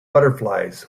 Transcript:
butterflies